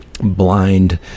blind